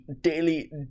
Daily